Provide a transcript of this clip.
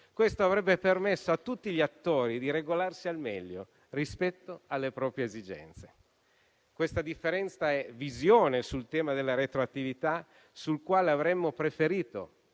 Questo avrebbe permesso a tutti gli attori di regolarsi al meglio rispetto alle proprie esigenze. Questa differenza di visione sul tema della retroattività (sul quale avremmo preferito